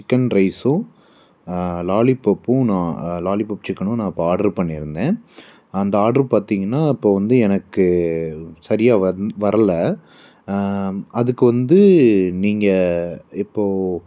chicken ரைஸும் லாலிபப்பும் நன் லாலிபப் சிக்கனும் நான் இப்போ ஆர்டர் பண்ணியிருந்தேன் அந்த ஆர்டர் பார்த்தீங்கனா இப்போது வந்து எனக்கு சரியா வந் வரல அதுக்கு வந்து நீங்கள் இப்போது